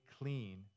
clean